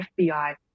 FBI